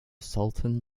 sultan